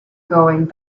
going